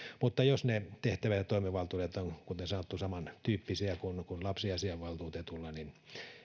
mutta jos ne tehtävät ja toimivaltuudet ovat kuten sanottu samantyyppisiä kuin lapsiasiavaltuutetulla niin